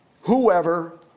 Whoever